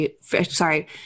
sorry